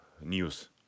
news